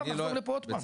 ונחזור לפה עוד פעם.